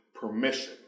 permission